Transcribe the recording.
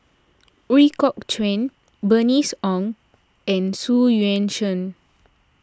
Ooi Kok Chuen Bernice Ong and Xu Yuan Zhen